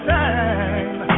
time